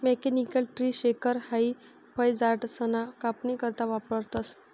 mechanical tree shaker हाई फयझाडसना कापनी करता वापरतंस